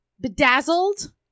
bedazzled